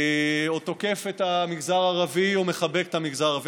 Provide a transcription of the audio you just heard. או תוקף את המגזר הערבי או מחבק את המגזר הערבי.